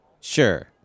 Sure